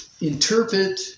interpret